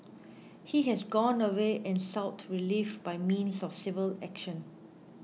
he has gone away and sought relief by means of civil action